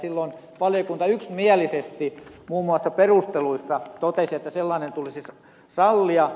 silloin valiokunta yksimielisesti muun muassa perusteluissa totesi että sellainen tulisi sallia